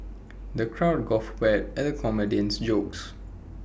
the crowd guffawed at the comedian's jokes